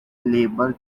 labour